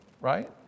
right